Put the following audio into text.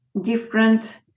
different